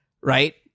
right